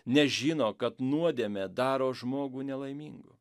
nes žino kad nuodėmė daro žmogų nelaimingu